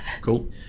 Cool